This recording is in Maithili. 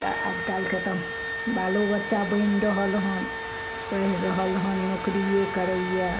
तऽ आजकलके तऽ बालो बच्चा बनि रहल हन पढ़ि रहल हन नौकरिये करइए